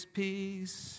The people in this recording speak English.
peace